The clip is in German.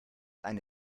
eine